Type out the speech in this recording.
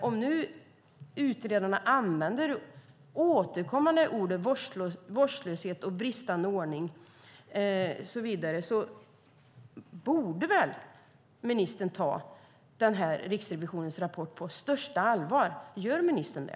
Om utredaren återkommande använder orden vårdslöshet och bristande ordning borde ministern ta Riksrevisionens rapport på största allvar. Gör ministern det?